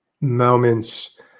moments